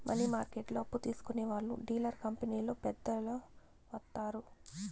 money మార్కెట్లో అప్పు తీసుకునే వాళ్లు డీలర్ కంపెనీలో పెద్దలు వత్తారు